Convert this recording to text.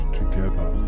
together